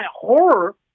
horror